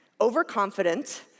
overconfident